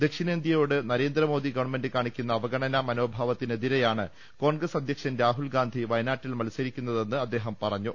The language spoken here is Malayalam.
ദക്ഷിണേന്ത്യയോട് നരേന്ദ്രമോദി ഗവൺമെന്റ് കാണിക്കുന്ന അവഗണന മനോഭാവത്തിന് എതിരെയാണ് കോൺഗ്രസ് അധ്യക്ഷൻ രാഹുൽഗാന്ധി വയനാട്ടിൽ മത്സരിക്കുന്നതെന്ന് അദ്ദേഹം കോഴിക്കോട്ട് പറഞ്ഞു